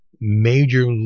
Major